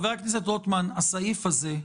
הסעיף הזה,